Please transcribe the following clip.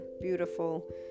beautiful